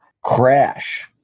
crash